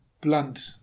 blunt